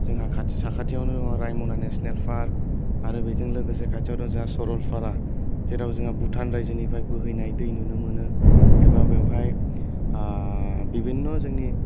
जोंहा खाथि साखाथियावनो राइम'ना नेशनेल पार्क आरो बेजों लोगोसे खाथियावथ' जोंहा सरलपारा जेराव जोंहा भुटान रायजोनिफ्राय बोहैनाय दै नुनो मोनो एबा बेयावहाय बिभिन्न' जोंनि